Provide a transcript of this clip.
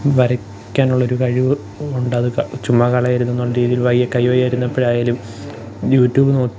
വരയ്ക്കാനുള്ളൊരു കഴിവ് ഉണ്ട് അത് ക ചുമ്മാ കളയരുതെന്നുള്ള രീതിയില് വയ്യ കൈ വയ്യായിരുന്നപ്പോഴായാലും യൂ ട്യൂബ് നോ